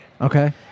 Okay